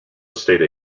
estate